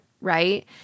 right